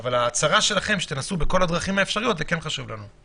אבל ההצהרה שלכם שתנסו בכל הדרכים האפשריות זה כן חשוב לנו.